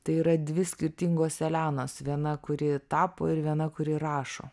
tai yra dvi skirtingos elenos viena kuri tapo ir viena kuri rašo